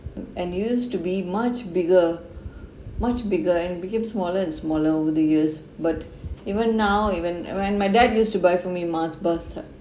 mm and used to be much bigger much bigger and became smaller and smaller over the years but even now even when my dad used to buy for me mars bar t~